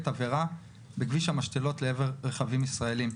תבערה בכביש המשתלות לעבר רכבים ישראלים.